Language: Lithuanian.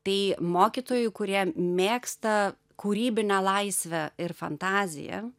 tai mokytojų kurie mėgsta kūrybinę laisvę ir fantaziją